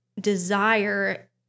desire